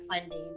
Funding